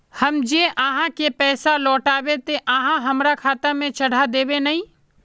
हम जे आहाँ के पैसा लौटैबे ते आहाँ हमरा खाता में चढ़ा देबे नय?